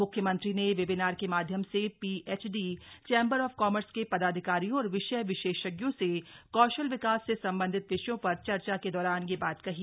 म्ख्यमंत्री ने वेबिनार के माध्यम से ीएचडी चैम्बर ऑफ कॉमर्स के दाधिकारियों और विषय विशेषज्ञों से कौशल विकास से सम्बन्धित विषयों प्र चर्चा के दौरान यह बात कही